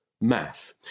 math